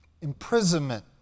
imprisonment